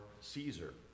Caesar